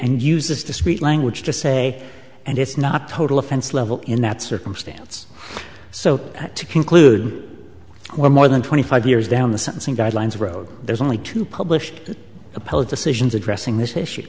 and uses discrete language to say and it's not total offense level in that circumstance so to conclude where more than twenty five years down the sentencing guidelines road there's only two published appellate decisions addressing this issue